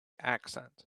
accent